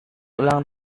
ulang